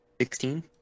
Sixteen